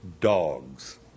dogs